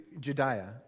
Jediah